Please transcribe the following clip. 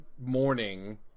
morning